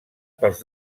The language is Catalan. pels